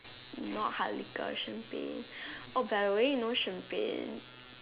not hard liquor champagne oh by the way you know champagne